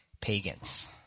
pagans